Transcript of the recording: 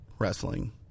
wrestling